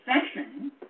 session